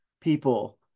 people